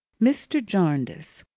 mr. jarndyce,